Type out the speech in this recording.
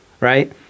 right